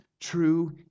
true